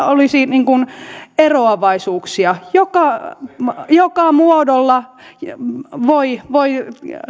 olisi eroavaisuuksia joka joka muodolla voi voi